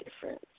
difference